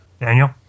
Daniel